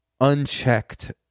unchecked